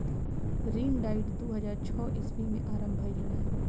ऋण डाइट दू हज़ार छौ ईस्वी में आरंभ भईल रहे